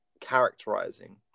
characterizing